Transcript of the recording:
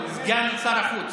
סגן השר לשעבר,